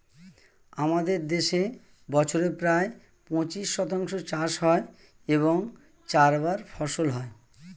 আমাদের দেশে বছরে প্রায় পঁচিশ শতাংশ চাষ হয় এবং চারবার ফসল হয়